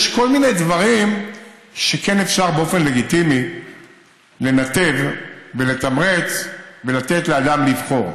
יש כל מיני דברים שכן אפשר באופן לגיטימי לנתב ולתמרץ ולתת לאדם לבחור.